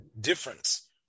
difference